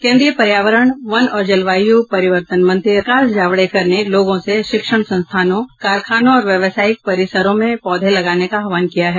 केन्द्रीय पर्यावरण वन और जलवायु परिवर्तन मंत्री प्रकाश जावड़ेकर ने लोगों से शिक्षण संस्थानों कारखानों और व्यवसायिक परिसरों में पौधे लगाने का आह्वान किया है